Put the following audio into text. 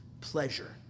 pleasure